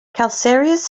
calcareous